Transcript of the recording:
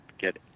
get